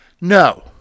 No